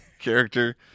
character